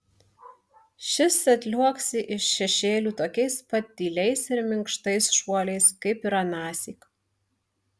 šis atliuoksi iš šešėlių tokiais pat tyliais ir minkštais šuoliais kaip ir anąsyk